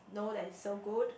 know that it's so good